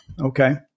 Okay